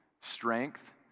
strength